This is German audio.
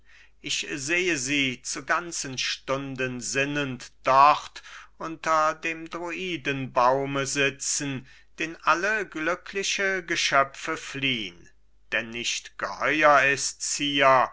ich sehe sie zu ganzen stunden sinnend dort unter dem druidenbaume sitzen den alle glückliche geschöpfe fliehn denn nicht geheur ists